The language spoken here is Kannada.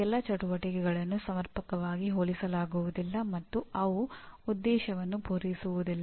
ಎಂಜಿನಿಯರಿಂಗ್ ಶಿಕ್ಷಣವು ಇತ್ತೀಚಿನವರೆಗೂ ಇದೇ ರೀತಿ ಇತ್ತು